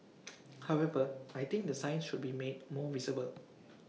however I think the signs should be made more visible